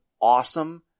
awesome